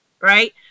right